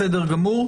בסדר גמור.